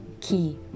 key